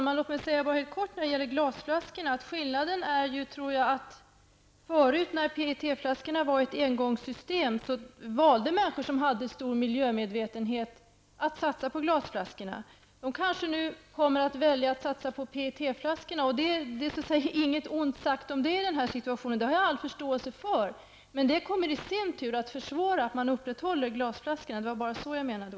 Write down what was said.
Fru talman! När det gäller glasflaskorna vill jag helt kort säga att förut, när PET-flaskorna innebar ett engångssystem, valde männisor som hade stor miljömedvetenhet att satsa på glasflaskorna. De kommer kanske nu att välja att satsa på PET flaskorna. Inget ont sagt om det i den här situationen, det har jag all förståelse för. Men det kommer i sin tur att försvåra upprätthållandet av glasflaskorna. Det var bara så jag menade.